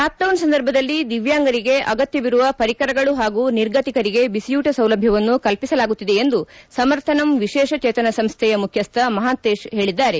lockdown ಸಂದರ್ಭದಲ್ಲಿ ದಿವ್ಯಾಂಗರಿಗೆ ಅಗತ್ಯವಿರುವ ಪರಿಕರಗಳು ಪಾಗೂ ನಿರ್ಗತಿಕರಿಗೆ ಬಿಸಿಯೂಟ ಸೌಲಭ್ಯವನ್ನು ಕಲ್ಪಿಸಲಾಗುತ್ತಿದೆ ಎಂದು ಸಮರ್ಥನಮ್ ವಿಶೇಷ ಚೇತನ ಸಂಸ್ಥೆಯ ಮುಖ್ಯಸ್ವ ಮಹಾಂತೇಶ್ ಹೇಳಿದ್ದಾರೆ